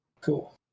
Cool